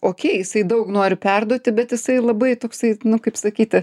okei jisai daug nori perduoti bet jisai labai toksai nu kaip sakyti